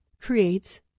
creates